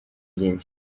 byinshi